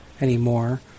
anymore